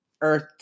earth